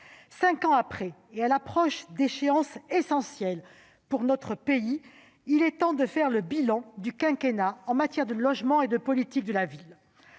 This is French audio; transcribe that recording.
Aujourd'hui, à l'approche d'échéances essentielles pour notre pays, il est temps de faire le bilan du quinquennat en matière de logement et de politique de la ville.